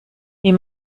wie